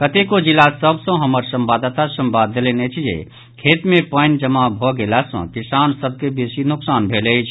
कतेको जिला सभ सॅ हमर संवाददाता संवाद देलनि अछि जे खेत मे पानि जमा भऽ गेला सॅ किसान सभ के बेसी नोकसान भेल अछि